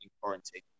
quarantine